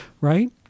right